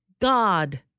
God